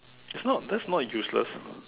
it's not that's not useless